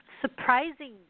surprising